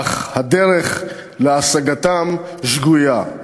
אך הדרך להשגתם שגויה.